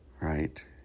right